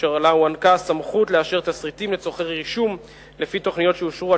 והוענקה לה הסמכות לאשר תשריטים לצורכי רישום לפי תוכניות שאושרו עד